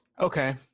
Okay